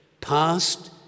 past